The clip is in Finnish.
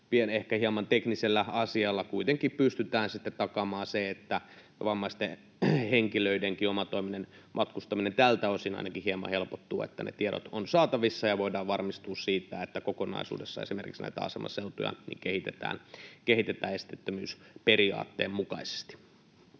ehkä hieman teknisellä asialla kuitenkin pystytään sitten takaamaan se, että vammaisten henkilöidenkin omatoiminen matkustaminen tältä osin ainakin hieman helpottuu, että ne tiedot ovat saatavissa ja voidaan varmistua siitä, että kokonaisuudessa esimerkiksi näitä asemaseutuja kehitetään esteettömyysperiaatteen mukaisesti.